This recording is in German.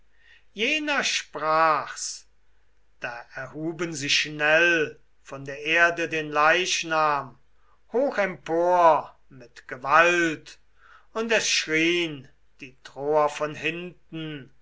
jener sprach's da erhuben sie schnell von der erde den leichnam hoch empor mit gewalt und es schrien die troer von hinten